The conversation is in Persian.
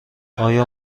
آیا